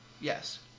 Yes